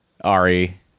Ari